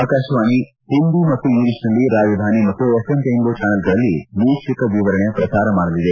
ಆಕಾಶವಾಣಿ ಹಿಂದಿ ಮತ್ತು ಇಂಗ್ಲೀಷ್ನಲ್ಲಿ ರಾಜಧಾನಿ ಮತ್ತು ಎಫ್ಎಂ ರೇನ್ಬೋ ಚಾನಲ್ಗಳಲ್ಲಿ ವೀಕ್ಷಕವಿವರಣೆ ಪ್ರಸಾರ ಮಾಡಲಿದೆ